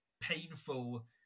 painful